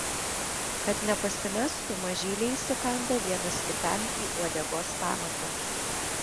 kad nepasimestų mažyliai įsikanda vienas kitam į uodegos pamatą